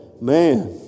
man